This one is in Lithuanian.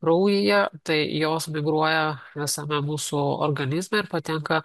kraujyje tai jos migruoja visame mūsų organizme ir patenka